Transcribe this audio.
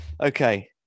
okay